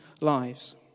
lives